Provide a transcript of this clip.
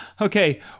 Okay